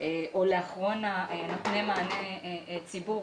או לאחרון נותני מענה לציבור,